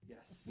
Yes